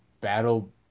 battle